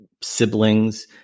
siblings